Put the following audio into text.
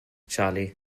charley